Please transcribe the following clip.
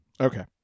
Okay